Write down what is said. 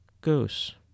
Goose